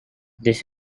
this